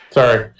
Sorry